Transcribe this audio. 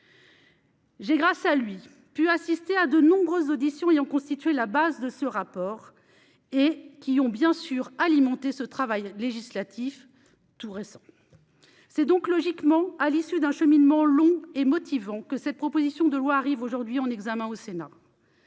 Grâce à lui, j'ai pu assister à de nombreuses auditions qui ont constitué la base de son rapport et qui ont bien sûr alimenté ce travail législatif. C'est donc logiquement à l'issue d'un cheminement long et motivant que cette proposition de loi arrive aujourd'hui en examen au Sénat.